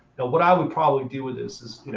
what i would probably do with this is